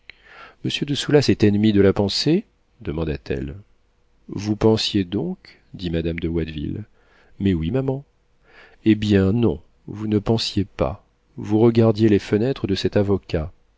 monsieur de soulas est ennemi de la pensée demanda-t-elle vous pensiez donc dit madame de watteville mais oui maman eh bien non vous ne pensiez pas vous regardiez les fenêtres de cet avocat